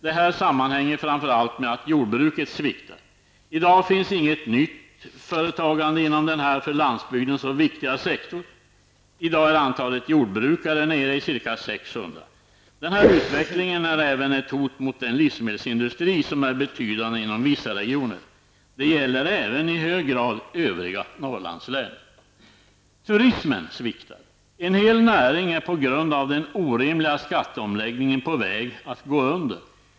Detta sammanhänger framför allt med att jordbruket sviktar. I dag finns inget nytt företagande i denna för landsbygden så viktiga sektorn. I dag är antalet jordbrukare nere i ca 600. Denna utveckling är även ett hot mot den livsmedelsindustri som är betydande inom vissa regioner. Detta gäller även i hög grad övriga Turismen sviktar. En hel näring är på grund av den orimliga skatteomläggningen på väg att gå under.